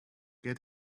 get